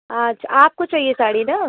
अच्छा आपको चहिए साड़ी ना